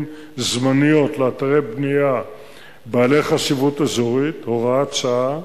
זמניות לאתרי בנייה בעלי חשיבות אזורית (הוראת שעה)